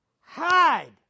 Hide